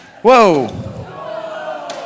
Whoa